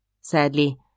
Sadly